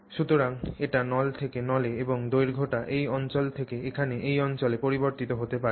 সুতরাং এটি নল থেকে নলে এবং দৈর্ঘ্যটি এই অঞ্চল থেকে এখানে এই অঞ্চলে পরিবর্তিত হতে পারে